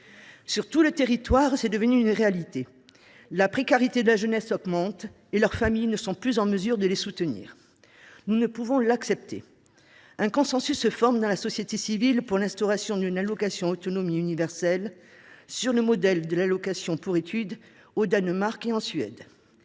Sur tout le territoire, ce constat est une réalité. La précarité de la jeunesse augmente et les familles ne sont plus en mesure de soutenir les étudiants. Nous ne pouvons l’accepter ! Un consensus se forme dans la société civile pour l’instauration d’une allocation autonomie universelle sur le modèle des allocations d’études au Danemark ou en Suède.